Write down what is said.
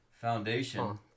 foundation